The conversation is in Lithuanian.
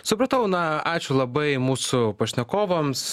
supratau na ačiū labai mūsų pašnekovams